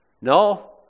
No